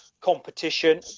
competition